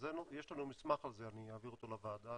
יש לנו מסמך על זה, אני אעביר אותו לוועדה.